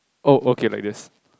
oh okay like this